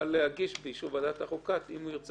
יוכלו להגיש באישור ועדת החוקה, אם ירצו